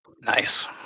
Nice